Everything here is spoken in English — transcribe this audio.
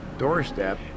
doorstep